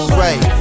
right